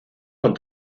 con